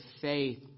faith